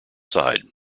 side